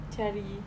cari